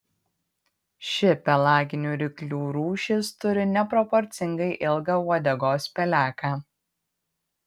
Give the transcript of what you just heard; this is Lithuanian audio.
ši pelaginių ryklių rūšis turi neproporcingai ilgą uodegos peleką